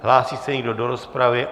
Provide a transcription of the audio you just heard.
Hlásí se někdo do rozpravy?